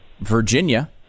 Virginia